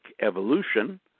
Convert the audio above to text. evolution